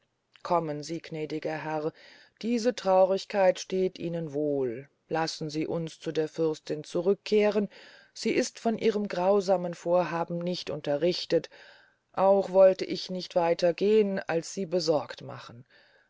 kommen sie gnädiger herr diese traurigkeit steht ihnen wohl lassen sie uns zu der fürstin zurück kehren sie ist von ihrem grausamen vorhaben nicht unterrichtet auch wollte ich nicht weiter gehn als sie besorgt machen